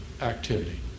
activity